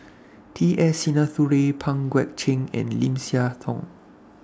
T S Sinnathuray Pang Guek Cheng and Lim Siah Tong